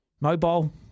Mobile